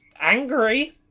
angry